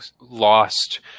lost